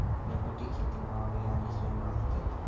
robotic शेतीमुळा वेळ आणि श्रम वाचतत